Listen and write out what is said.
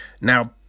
now